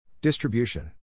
Distribution